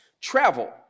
travel